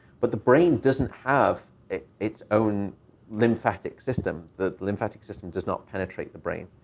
but the brain doesn't have its own lymphatic system. the lymphatic system does not penetrate the brain.